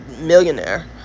millionaire